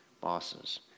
bosses